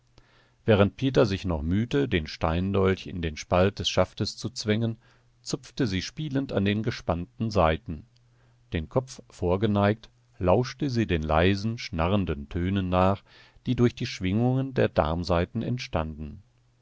während peter sich noch mühte den steindolch in den spalt des schaftes zu zwängen zupfte sie spielend an den gespannten saiten den kopf vorgeneigt lauschte sie den leisen schnarrenden tönen nach die durch die schwingungen der darmsaiten